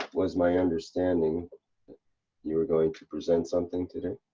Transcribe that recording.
was my understanding you we're going to present something today,